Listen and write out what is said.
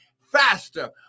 faster